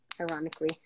Ironically